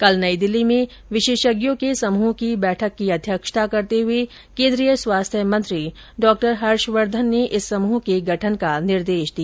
कल नई दिल्ली में विशेषज्ञों के समूह की बैठक की अध्यक्षता करते हए केन्द्रीय स्वास्थ्य मंत्री डॉक्टर हर्ष वर्धन ने इस समूह के गठन का निर्देश दिया